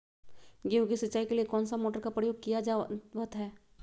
गेहूं के सिंचाई के लिए कौन सा मोटर का प्रयोग किया जावत है?